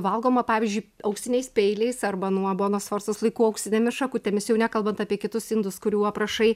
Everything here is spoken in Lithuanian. valgoma pavyzdžiui auksiniais peiliais arba nuo bonos sforcos laikų auksinėmis šakutėmis jau nekalbant apie kitus indus kurių aprašai